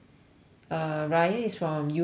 err ryan is from U_S I think